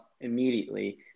immediately